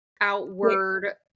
outward